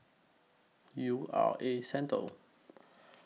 U R A Centre